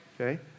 okay